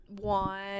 One